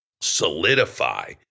solidify